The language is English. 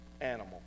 animal